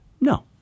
No